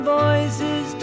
voices